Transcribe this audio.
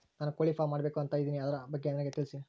ನಾನು ಕೋಳಿ ಫಾರಂ ಮಾಡಬೇಕು ಅಂತ ಇದಿನಿ ಅದರ ಬಗ್ಗೆ ನನಗೆ ತಿಳಿಸಿ?